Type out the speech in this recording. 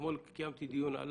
אתמול קיימתי דיון על